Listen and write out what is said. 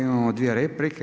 Imamo dvije replike.